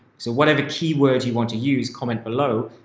so whatever keywords you want to use, comment below.